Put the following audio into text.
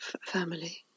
Family